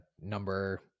number